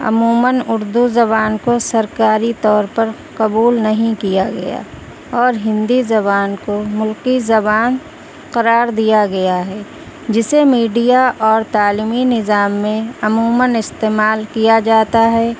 عموماً اردو زبان کو سرکاری طور پر قبول نہیں کیا گیا اور ہندی زبان کو ملکی زبان قرار دیا گیا ہے جسے میڈیا اور تعلیمی نظام میں عموماً استعمال کیا جاتا ہے